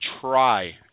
try